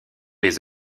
les